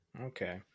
okay